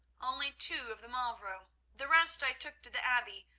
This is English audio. only two of the mavro. the rest i took to the abbey,